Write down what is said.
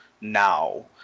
now